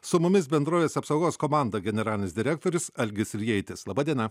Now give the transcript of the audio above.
su mumis bendrovės apsaugos komanda generalinis direktorius algis iljeitis laba diena